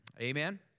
Amen